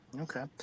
Okay